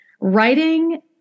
writing